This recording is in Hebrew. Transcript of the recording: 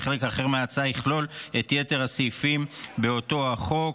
וחלק האחר מההצעה יכלול את יתר הסעיפים באותו החוק.